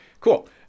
Cool